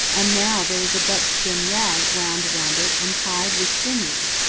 and now there is a buckskin rag wound around it and tied with sinew,